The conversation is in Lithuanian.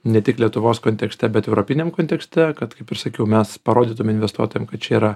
ne tik lietuvos kontekste bet europiniam kontekste kad kaip ir sakiau mes parodytume investuotojam kad čia yra